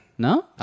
No